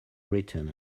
written